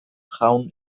jaun